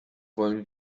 wollen